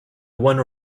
one